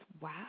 wow